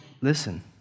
Listen